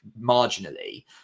marginally